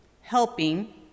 helping